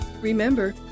Remember